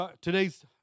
today's